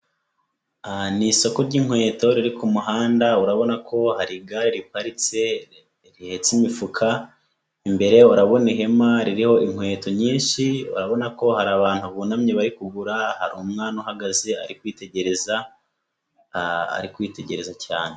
Ni isoko ry'inkweto riri ku muhanda, urabona ko hari igare riparitse rihetse imifuka, imbere urabona ihema ririho inkweto nyinshi ,urabona ko hari abantu bunamye bari kugura, hari umwana uhagaze ari kwitegereza; ari kwitegereza cyane.